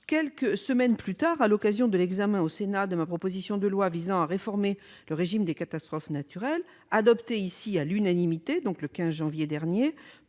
Quelques semaines plus tard, à l'occasion de l'examen par le Sénat de ma proposition de loi visant à réformer le régime des catastrophes naturelles, adoptée à l'unanimité le 15 janvier dernier,